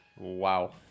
Wow